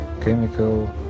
chemical